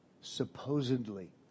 supposedly